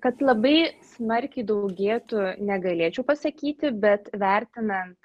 kad labai smarkiai daugėtų negalėčiau pasakyti bet vertinant